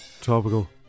Topical